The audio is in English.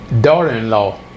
daughter-in-law